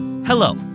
Hello